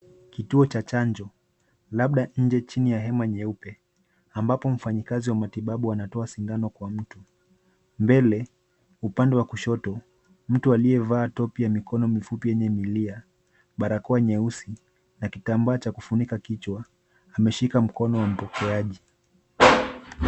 Kituo cha chanjo labda nje chini ya hema nyeupe ambapo mfanyikazi wa matibabu anatoa sindano kwa mtu. Mbele upande wa kushoto, mtu aliyevaa [cs ] topu [cs ] ya mikono mifupi yenye milia, barakoa nyeusi, kitambaa cha kufunika kichwa ameshika mkono wa mpokeaji.